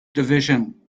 division